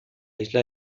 isla